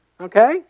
okay